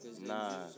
Nah